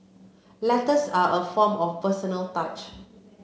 letters are a form of personal touch